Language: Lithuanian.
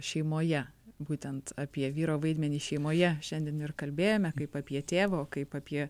šeimoje būtent apie vyro vaidmenį šeimoje šiandien ir kalbėjome kaip apie tėvo kaip apie